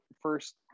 first